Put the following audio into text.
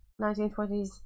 1920s